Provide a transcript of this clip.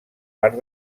part